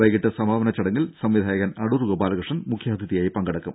വൈകീട്ട് സമാപന ചടങ്ങിൽ സംവിധായകൻ അടൂർ ഗോപാലകൃഷ്ണൻ മുഖ്യാതിഥിയായി പങ്കെടുക്കും